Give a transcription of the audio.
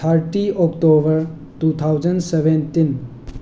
thirty October two thousand seventeen